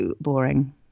boring